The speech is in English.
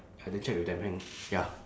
ya then check with them and ya